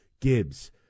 Gibbs